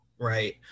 right